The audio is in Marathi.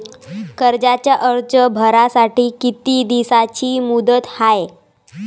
कर्जाचा अर्ज भरासाठी किती दिसाची मुदत हाय?